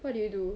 what do you do